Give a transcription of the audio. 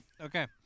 Okay